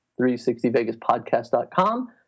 360vegaspodcast.com